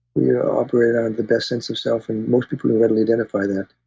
you know operate out of the best sense of self, and most people readily identify that.